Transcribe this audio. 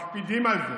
ומקפידים על זה.